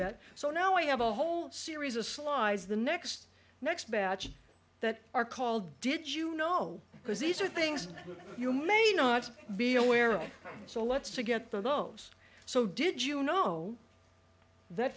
that so now i have a whole series of slides the next next batch that are called did you know because these are things that you may not be aware of so let's to get those so did you know that